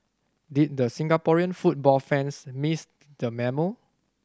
did the Singaporean football fans miss the memo